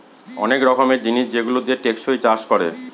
অনেক রকমের জিনিস যেগুলো দিয়ে টেকসই চাষ করে